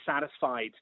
satisfied